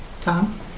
Tom